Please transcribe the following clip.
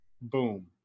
boom